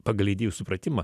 pagal leidėjų supratimą